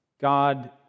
God